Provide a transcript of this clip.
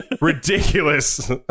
ridiculous